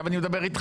נאור, תן לו לדבר.